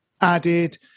added